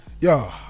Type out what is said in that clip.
Yo